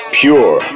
pure